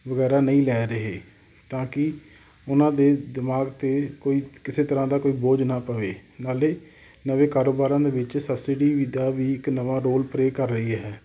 ਵਗੈਰਾ ਨਹੀਂ ਲੈ ਰਹੇ ਤਾਂ ਕਿ ਉਹਨਾਂ ਦੇ ਦਿਮਾਗ 'ਤੇ ਕੋਈ ਕਿਸੇ ਤਰ੍ਹਾਂ ਦਾ ਕੋਈ ਬੋਝ ਨਾ ਪਵੇ ਨਾਲੇ ਨਵੇਂ ਕਾਰੋਬਾਰਾਂ ਦੇ ਵਿੱਚ ਸਬਸਿਡੀ ਦਾ ਵੀ ਇੱਕ ਨਵਾਂ ਰੋਲ ਪ੍ਰੇਅ ਕਰ ਰਹੀ ਹੈ